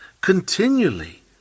continually